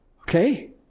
Okay